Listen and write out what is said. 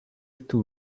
too